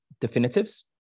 definitives